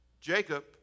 Jacob